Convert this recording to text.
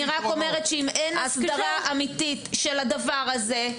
אני רק אומרת שאם אין הסדרה אמיתית של הדבר הזה,